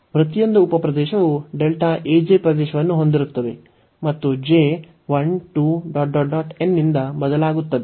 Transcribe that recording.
ಪ್ರತಿಯೊಂದು ಉಪ ಪ್ರದೇಶವು ಪ್ರದೇಶವನ್ನು ಹೊಂದಿರುತ್ತದೆ ಮತ್ತು j 12 n ನಿಂದ ಬದಲಾಗುತ್ತದೆ